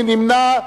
מי נמנע?